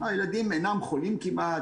הילדים אינם חולים כמעט.